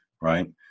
right